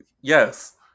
yes